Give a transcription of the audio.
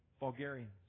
Bulgarians